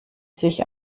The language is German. sich